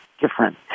different